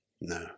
No